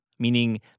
Meaning